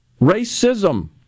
Racism